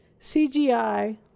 CGI